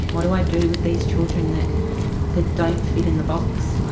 what do i do with these children that that don't fit in the box?